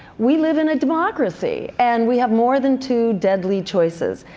we live in a democracy, and we have more than two deadly choices.